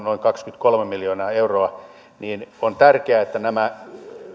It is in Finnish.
noin kaksikymmentäkolme miljoonaa euroa niin on tärkeää että nämä